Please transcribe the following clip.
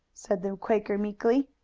said the quaker meekly.